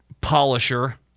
polisher